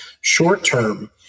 Short-term